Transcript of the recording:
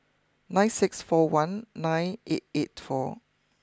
nine six four one nine eight eight four